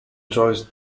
choice